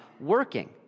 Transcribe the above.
working